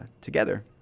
together